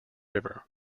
river